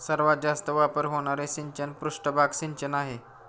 सर्वात जास्त वापर होणारे सिंचन पृष्ठभाग सिंचन आहे